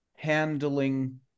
handling